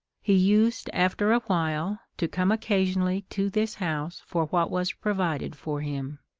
he used, after a while, to come occasionally to this house for what was provided for him.